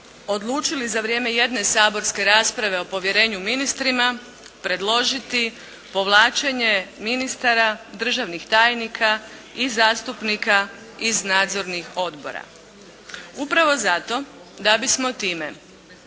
odlučili za vrijeme jedne saborske rasprave o povjerenju ministrima predložiti povlačenje ministara, državnih tajnika i zastupnika iz nadzornih odbora. Upravo zato da bismo time